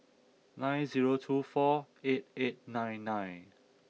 nine zero two four eight eight nine nine